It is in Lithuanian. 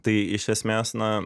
tai iš esmės na